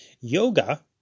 yoga